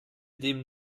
dem